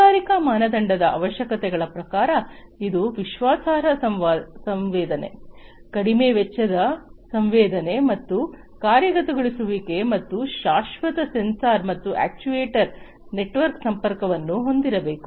ಕೈಗಾರಿಕಾ ಮಾನದಂಡದ ಅವಶ್ಯಕತೆಗಳ ಪ್ರಕಾರ ಇದು ವಿಶ್ವಾಸಾರ್ಹ ಸಂವೇದನೆ ಕಡಿಮೆ ವೆಚ್ಚದ ಸಂವೇದನೆ ಮತ್ತು ಕಾರ್ಯಗತಗೊಳಿಸುವಿಕೆ ಮತ್ತು ಶಾಶ್ವತ ಸೆನ್ಸಾರ್ ಮತ್ತು ಅಕ್ಚುಯೆಟರ್ ನೆಟ್ವರ್ಕ್ ಸಂಪರ್ಕವನ್ನು ಹೊಂದಿರಬೇಕು